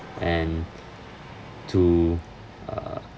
and to uh